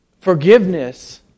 Forgiveness